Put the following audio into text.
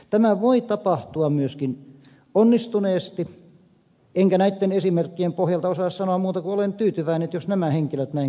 tämä voi tapahtua myöskin onnistuneesti enkä näitten esimerkkien pohjalta osaa sanoa muuta kuin että olen tyytyväinen jos nämä henkilöt näin kokevat